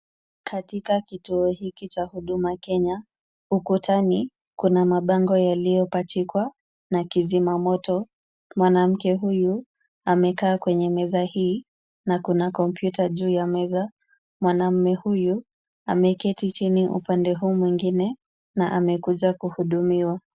Katika kituo hiki cha huduma Kenya, ukutani kuna mabango yaliyopachikwa na kizima moto. Mwanamke huyu amekaa kwenye meza hii na kuna kompyuta juu ya meza. Mwanamme huyu ameketi chini upande huu mwingine na amekuja kuhudumiwa.